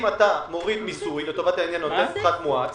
אם אתה מוריד מיסוי לטובת העניין בפחת מואץ